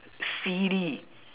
silly